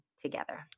together